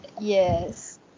Yes